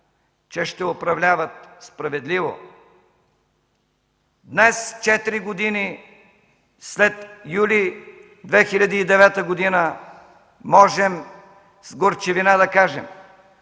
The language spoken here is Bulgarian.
че ще управлява справедливо. Днес, четири години след юли 2009 г., можем с горчивина да кажем: